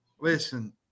Listen